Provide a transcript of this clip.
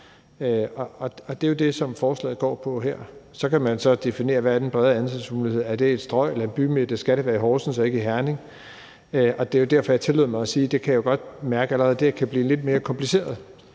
Og det er jo det, forslaget her går på. Så kan man så definere, hvad den brede anvendelsesmulighed er. Altså, er det et strøg eller en bymidte? Skal det være i Horsens og ikke i Herning? Og det er derfor, jeg tillod mig at sige, at jeg godt kan mærke, at det allerede der kan blive lidt mere kompliceret.